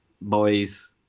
boys